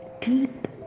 deep